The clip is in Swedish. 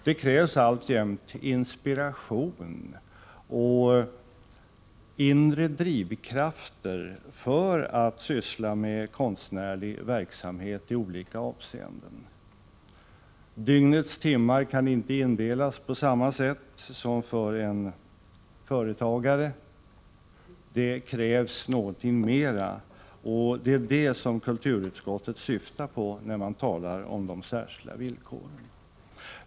Det krävs alltjämt inspiration och inre drivkraft för att syssla med konstnärlig verksamhet i olika avseenden. Dygnets timmar kan inte indelas 129 på samma sätt för dessa människor som för en företagare. Det krävs någonting mer än bara arbete, och det är det som kulturutskottet syftar på när man talar om de särskilda villkoren.